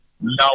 no